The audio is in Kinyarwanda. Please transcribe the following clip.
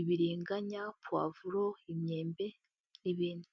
ibiringanya, puwavuro, imyembe n'ibindi.